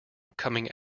coming